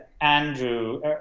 Andrew